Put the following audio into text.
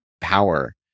power